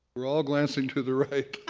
are all glancing to the right.